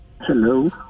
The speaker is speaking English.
hello